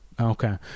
Okay